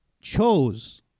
chose